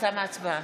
תמה ההצבעה.